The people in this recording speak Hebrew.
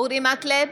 אורי מקלב,